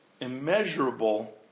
Immeasurable